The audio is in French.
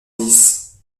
dix